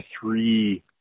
three